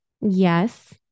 Yes